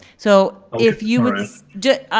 so if you would just,